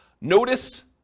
Notice